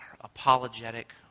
apologetic